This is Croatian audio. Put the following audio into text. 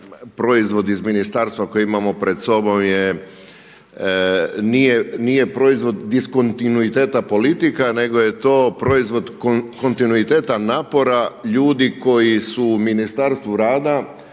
proizvod iz ministarstva koji imamo pred sobom je, nije proizvod diskontinuiteta politika nego je to proizvod kontinuiteta napora ljudi koji su u Ministarstvu rada